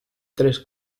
tres